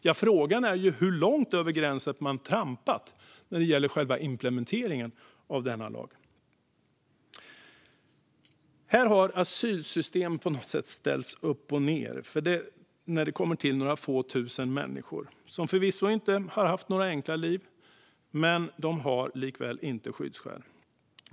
Ja, frågan är hur långt över gränsen man trampat när det gäller själva implementeringen av denna lag. Här har asylsystemet på något sätt ställts upp och ned när det kommit till några få tusen människor. Dessa har förvisso inte haft några enkla liv, men de har likväl inte skyddsskäl.